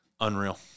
Unreal